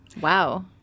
Wow